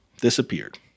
disappeared